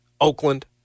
Oakland